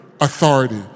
authority